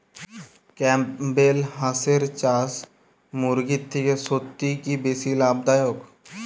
Campbell হাঁসের চাষ মুরগির থেকে সত্যিই কি বেশি লাভ দায়ক?